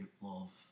love